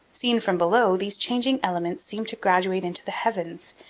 seen from below, these changing elements seem to graduate into the heavens,